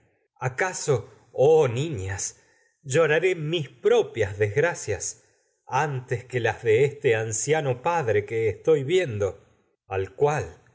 acaso oh niñas mis propias que con desgracias antes que las de estev padre estoy viendo al cual